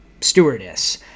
stewardess